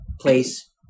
place